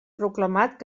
proclamat